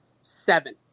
seven